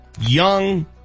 Young